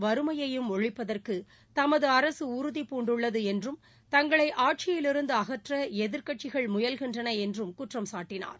வறுமையையும் ஒழிப்பதற்கு தமது அரசு உறுதிபூன்டுள்ளது என்றும் தங்களை ஆட்சியிலிருந்து அகற்ற எதிர்க்கட்சிகள் முயல்கின்றன என்றும் குற்றம் சாட்டினார்